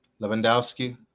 Lewandowski